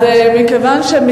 אבל מכיוון שכבר עליתי,